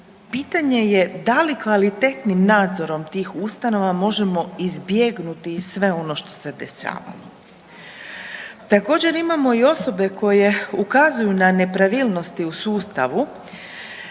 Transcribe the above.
pitanje je da li kvalitetnim nadzorom tih ustanova možemo izbjegnuti sve ono što se dešavalo. Također imamo i osobe koje ukazuju na nepravilnosti u sustavu.